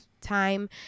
time